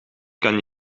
kan